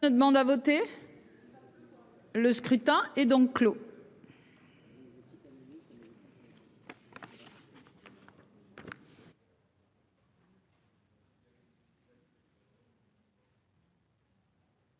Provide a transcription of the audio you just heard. Le scrutin est donc clos.